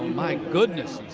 my goodness.